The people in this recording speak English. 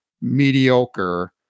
mediocre